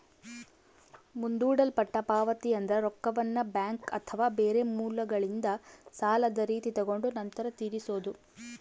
ಮುಂದೂಡಲ್ಪಟ್ಟ ಪಾವತಿಯೆಂದ್ರ ರೊಕ್ಕವನ್ನ ಬ್ಯಾಂಕ್ ಅಥವಾ ಬೇರೆ ಮೂಲಗಳಿಂದ ಸಾಲದ ರೀತಿ ತಗೊಂಡು ನಂತರ ತೀರಿಸೊದು